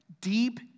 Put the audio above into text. deep